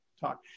talk